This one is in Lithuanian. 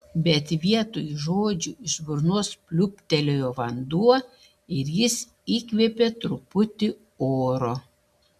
bet vietoj žodžių iš burnos pliūptelėjo vanduo ir jis įkvėpė truputį oro